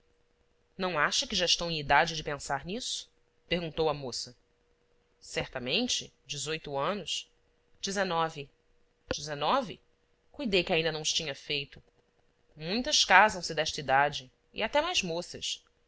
não acha que já estou em idade de pensar nisso perguntou a moça certamente dezoito anos dezenove dezenove cuidei que ainda não os tinha feito muitas casam se desta idade e até mais moças